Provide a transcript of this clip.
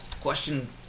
question